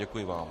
Děkuji vám.